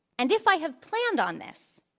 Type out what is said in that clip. and if i have planned on this,